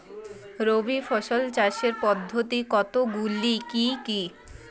রবি শস্য চাষের পদ্ধতি কতগুলি কি কি?